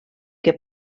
que